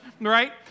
right